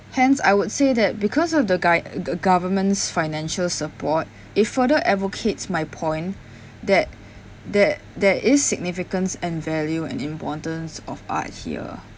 hence I would say that because of the gui~ g~ g~ government's financial support it further advocates my point that that there is significance and value and importance of art here